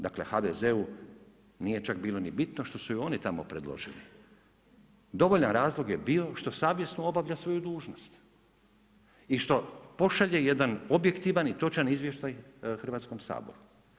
Dakle, HDZ-u nije čak nije bilo ni bitno što su je oni tamo predložili, dovoljan razlog je bio što savjesno obavlja svoju dužnost i što pošalje jedan objektivan i točan izvještaj Hrvatskom saboru.